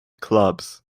clubs